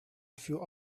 few